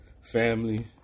family